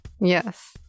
Yes